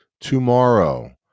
tomorrow